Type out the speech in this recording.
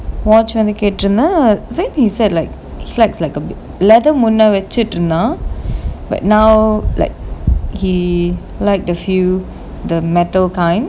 watch வந்து கேட்டேனா:vanthu kaetaenaa then he said like he likes a bit leather முன்னாடி வச்சிருந்தான்:munnaadi vachirunthaan but now like he liked the few the metal kind